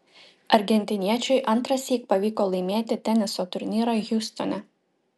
argentiniečiui antrąsyk pavyko laimėti teniso turnyrą hjustone